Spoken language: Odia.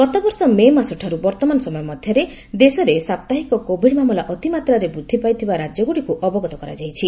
ଗତବର୍ଷ ମେମାସଠାରୁ ବର୍ତ୍ତମାନ ମଧ୍ୟରେ ଦେଶରେ ସାପ୍ତାହିକ କୋଭିଡ ମାମଲା ଅତିମାତ୍ରାରେ ବୃଦ୍ଧି ପାଇଥିବା ରାଜ୍ୟଗୁଡିକୁ ଅବଗତ କରାଯାଇଛି